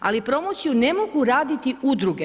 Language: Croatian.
Ali, promociju ne mogu raditi udruge.